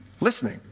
Listening